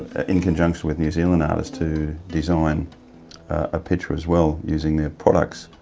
in conjunction with new zealand artists to design a picture as well, using their products.